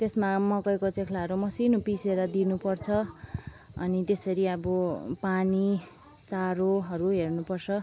त्यसमा मकैको च्याँख्लाहरू मसिनो पिसेर दिनु पर्छ अनि त्यसरी आअब पानी चारोहरू हेर्नु पर्छ